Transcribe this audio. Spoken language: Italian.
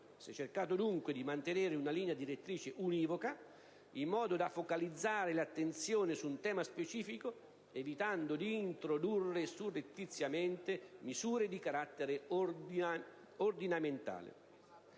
Si è cercato dunque di mantenere una linea direttrice univoca, in modo da focalizzare l'attenzione su un tema specifico evitando di introdurre surrettiziamente misure di carattere ordinamentale.